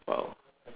!wow!